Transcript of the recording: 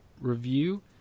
review